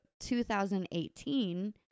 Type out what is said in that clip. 2018